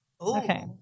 Okay